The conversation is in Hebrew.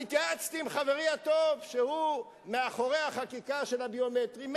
התייעצתי עם חברי הטוב שעומד מאחורי החקיקה של הביומטרי,